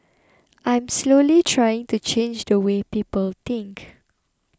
I'm slowly trying to change the way people think